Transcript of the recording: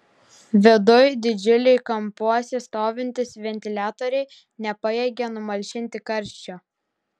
viduj didžiuliai kampuose stovintys ventiliatoriai nepajėgė numalšinti karščio